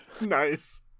Nice